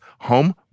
home